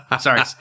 Sorry